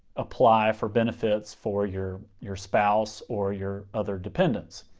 apply for benefits for your your spouse or your other dependents?